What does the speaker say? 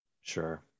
Sure